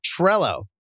Trello